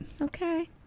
Okay